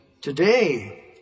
today